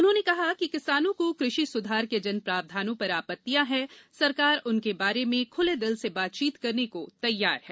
उन्होंहने कहा कि किसानों को कृषि सुधार के जिन प्रावधानों पर आपत्तियां हैं सरकार उनके बारे में खुले दिल से बातचीत करने को तैयार है